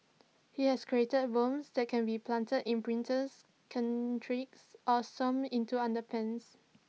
he has created bombs that can be planted in printer or sewn into underpants